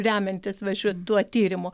remiantis va šituo tyrimu